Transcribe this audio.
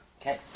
Okay